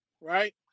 right